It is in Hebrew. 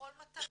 ולכל מטרה.